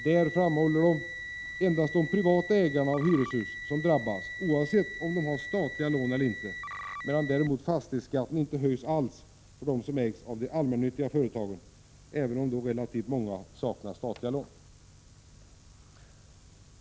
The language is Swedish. Det är, framhåller de, endast de privata ägarna av hyreshus som drabbas, oavsett om de har statliga lån eller inte, medan däremot fastighetsskatten inte höjs alls för dem som ägs av de allmännnyttiga företagen, även om relativt många saknar statliga lån.